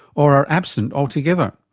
or are absent altogether.